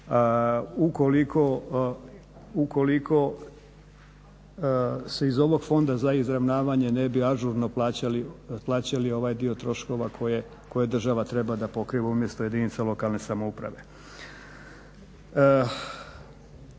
ukoliko se iz ovog fonda za izravnavanje ne bi ažurno plaćali ovaj dio troškova koje država treba da pokriva umjesto jedinica lokalne samouprave.